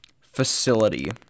facility